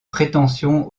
prétentions